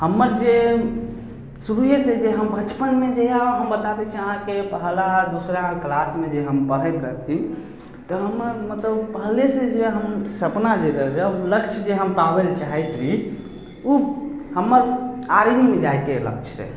हमर जे शुरुए से जे हम बचपनमे जहिआ हम बता दै छी अहाँकेँ पहिला दुसरा किलासमे जे हम पढ़ैत रहथिन तऽ हमर मतलब पहिलेसे जे हम सपना जे रहै हम लक्ष्य जे हम पाबैले चाहैत रही ओ हमर आर्मीमे जाइके लक्ष्य रहै